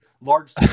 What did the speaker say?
large